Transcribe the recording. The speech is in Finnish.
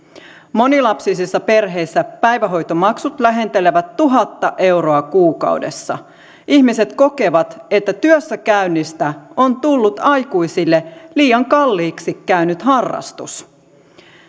monilapsisissa perheissä päivähoitomaksut lähentelevät tuhatta euroa kuukaudessa ihmiset kokevat että työssäkäynnistä on tullut aikuisille liian kalliiksi käynyt harrastus